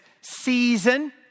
season